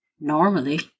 Normally